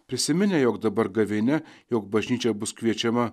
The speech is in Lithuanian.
prisiminę jog dabar gavėnia jog bažnyčia bus kviečiama